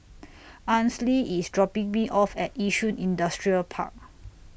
Ansley IS dropping Me off At Yishun Industrial Park